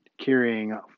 carrying